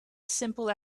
simple